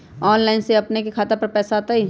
Online से अपने के खाता पर पैसा आ तई?